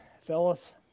fellas